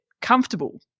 comfortable